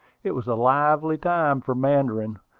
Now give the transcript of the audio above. it was a lively time for mandarin,